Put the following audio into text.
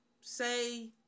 say